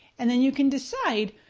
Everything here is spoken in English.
and then you can decide,